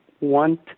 want